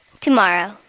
Tomorrow